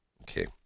Okay